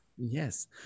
Yes